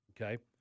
Okay